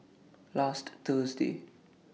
last Thursday